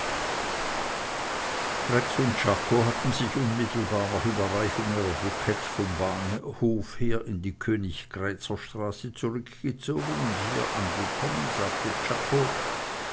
rex und czako hatten sich unmittelbar nach überreichung ihrer bouquets vom bahnhof her in die königgrätzer straße zurückgezogen und hier angekommen sagte